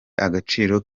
agaciro